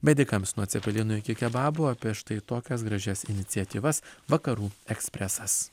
medikams nuo cepelinų iki kebabų apie štai tokias gražias iniciatyvas vakarų ekspresas